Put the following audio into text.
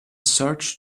search